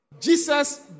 Jesus